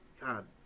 God